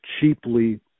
cheaply